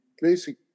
basic